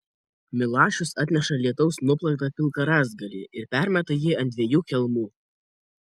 milašius atneša lietaus nuplaktą pilką rąstgalį ir permeta jį ant dviejų kelmų